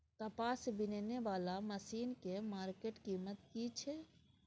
कपास बीनने वाला मसीन के मार्केट कीमत की छै?